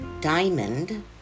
diamond